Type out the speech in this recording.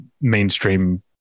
mainstream